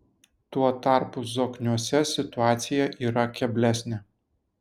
tuo tarpu zokniuose situacija yra keblesnė